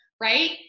right